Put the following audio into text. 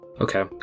Okay